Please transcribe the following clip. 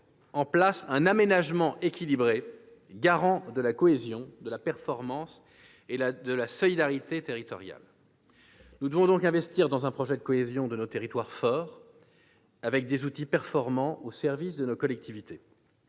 en place un aménagement équilibré, garant de la cohésion, de la performance et de la solidarité territoriale. Nous devons donc investir dans un projet de cohésion de nos territoires fort, avec des outils performants au service de nos collectivités.